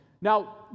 Now